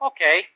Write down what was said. Okay